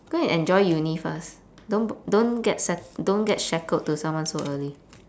go and enjoy uni first don't g~ don't get sha~ don't get shackled to someone so early